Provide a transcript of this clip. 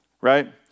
Right